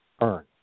Earn